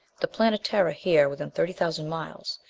the planetara here within thirty thousand miles!